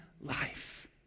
life